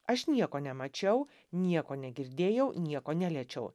aš nieko nemačiau nieko negirdėjau nieko neliečiau